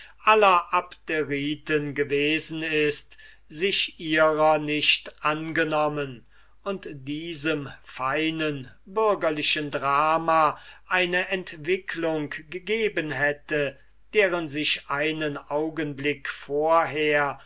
aller abderiten gewesen ist sich ihrer nicht angenommen und diesem feinen bürgerlichen drama eine entwicklung gegeben hätte deren sich einen augenblick vorher